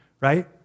right